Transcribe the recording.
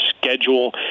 schedule